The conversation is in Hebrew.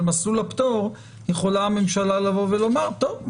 מסלול הפטור יכולה הממשלה לבוא ולומר טוב,